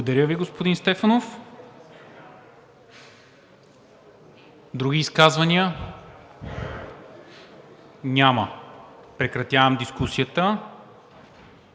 Благодаря, господин Стефанов. Други изказвания. Няма. Прекратявам дискусията.